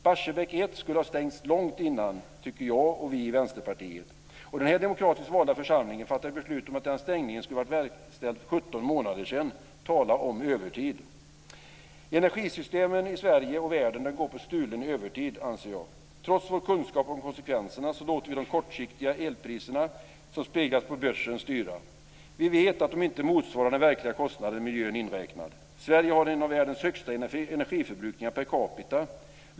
Barsebäck 1 skulle, enligt min och Vänsterpartiets mening, ha stängts långt tidigare. Denna demokratiskt valda församling fattade beslut om att den stängningen skulle ha verkställts för 17 månader sedan. Tala om övertid! Jag anser att energisystemen i Sverige och världen går på stulen övertid. Trots vår kunskap om konsekvenserna låter vi de kortsiktiga elpriserna som speglas på börsen styra. Vi vet att de inte motsvarar den verkliga kostnaden med miljön inräknad. Sverige har en av världens högsta energiförbrukningar per capita.